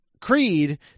Creed